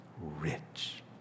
rich